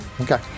Okay